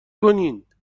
کنید